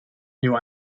knew